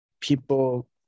people